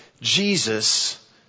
Jesus